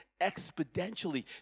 exponentially